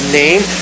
name